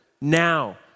now